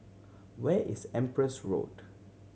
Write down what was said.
where is Empress Road